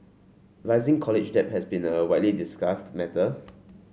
rising college debt has been a widely discussed matter